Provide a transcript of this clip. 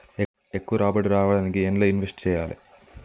ఎక్కువ రాబడి రావడానికి ఎండ్ల ఇన్వెస్ట్ చేయాలే?